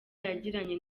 yagiranye